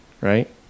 right